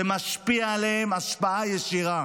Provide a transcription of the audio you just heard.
ומשפיע עליהם השפעה ישירה.